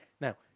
Now